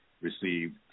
receive